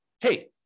hey